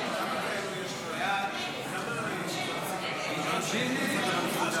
ההצעה להעביר לוועדה את הצעת החוק לתיקון פקודת התעבורה (מס' 136),